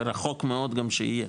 ורחוק מהם שיהיה,